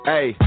Hey